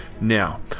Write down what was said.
Now